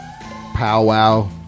powwow